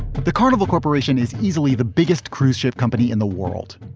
but the carnival corporation is easily the biggest cruise ship company in the world.